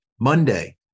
Monday